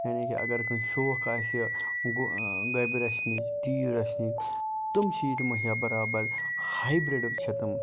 یعنی کہِ اَگر کٲنسہِ شوق آسہِ گَبہِ رَچھنِچ تیٖر رَچھنہِ تِم چھِ ییٚتہِ مہَیا بَرابر ہایبرڈ چھِ تِم